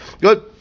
Good